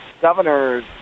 governors